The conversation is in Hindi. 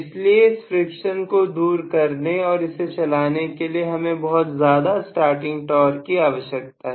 इसे इस फ्रिक्शन को दूर करने और इसे चलाने के लिए हमें बहुत ज्यादा स्टार्टिंग टॉर्क की आवश्यकता है